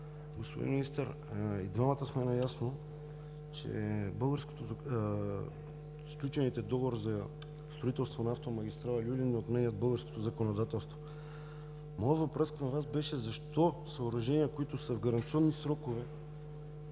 Господин Министър, и двамата сме наясно, че сключените договори за строителство на автомагистрала „Люлин“ не отменят българското законодателство. Моят въпрос към Вас беше: защо съоръжения, които са в гаранционни срокове,